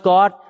God